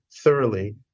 thoroughly